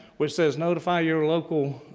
which says notify your local